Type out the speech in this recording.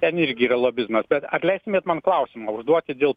ten irgi yra lobizmas bet ar leistumėt man klausimą užduoti dėl